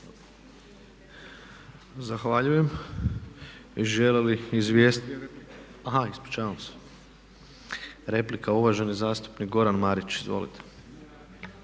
Zahvaljujem.